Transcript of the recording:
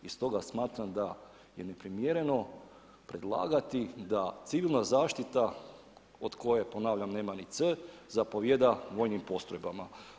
I stoga smatram da je neprimjereno predlagati da civilna zaštita od koje ponavljam nema ni C zapovijeda vojnim postrojbama.